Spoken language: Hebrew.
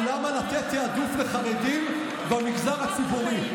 על למה לתת יהדות לחרדים במגזר הציבורי.